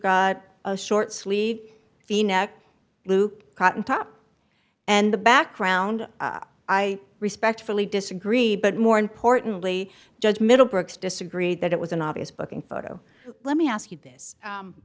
got a short sleeve the neck loop cotton top and the background i respectfully disagree but more importantly judge middlebrooks disagree that it was an obvious booking photo let me ask you